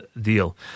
deal